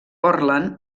portland